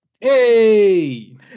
Hey